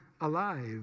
alive